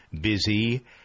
busy